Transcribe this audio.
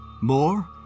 More